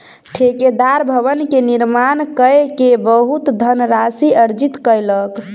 ठेकेदार भवन के निर्माण कय के बहुत धनराशि अर्जित कयलक